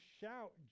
shout